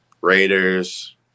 Raiders